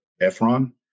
Ephron